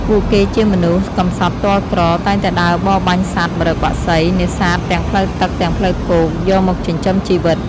ពួកគេជាមនុស្សកម្សត់ទាល់ក្រ តែងតែដើរបរបាញ់សត្វម្រឹគបក្សី នេសាទទាំងផ្លូវទឹកទាំងផ្លូវគោក យកមកចិញ្ចឹមជីវិត។